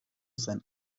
zen